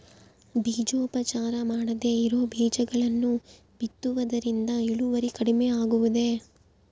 ಬೇಜೋಪಚಾರ ಮಾಡದೇ ಇರೋ ಬೇಜಗಳನ್ನು ಬಿತ್ತುವುದರಿಂದ ಇಳುವರಿ ಕಡಿಮೆ ಆಗುವುದೇ?